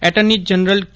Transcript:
attorney general કે